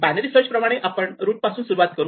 binary search प्रमाणे आपण root पासून सुरवात करू